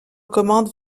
commande